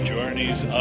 Journeys